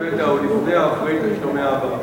הנתון שהבאת בפנינו היה לפני או אחרי תכנוני העבר?